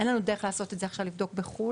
אין לנו דרך לעשות את זה עכשיו, לבדוק בחו"ל.